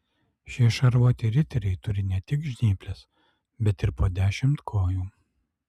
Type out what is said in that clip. šie šarvuoti riteriai turi ne tik žnyples bet ir po dešimt kojų